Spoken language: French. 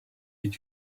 est